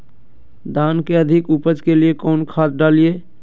धान के अधिक उपज के लिए कौन खाद डालिय?